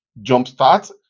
jumpstart